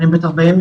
אני בת 43,